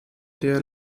der